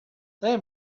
they